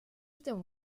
ждем